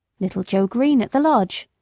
little joe green at the lodge,